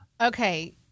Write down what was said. Okay